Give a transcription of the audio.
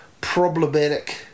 problematic